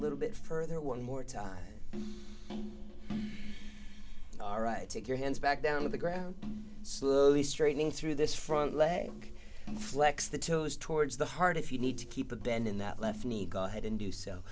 little bit further one more all right take your hands back down to the ground slowly straightening through this front leg flex the toes towards the heart if you need to keep a bend in that left knee go ahead and do so